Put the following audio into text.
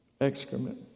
excrement